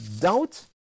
doubt